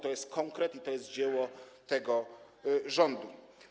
To jest konkret i to jest dzieło tego rządu.